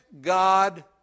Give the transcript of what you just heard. God